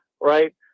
Right